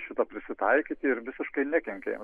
šitą prisitaikyti ir visiškai nekenkia jiems